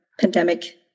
pandemic